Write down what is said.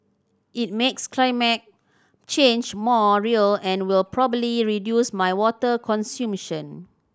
it makes climate change more real and will probably reduce my water consumption